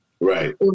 Right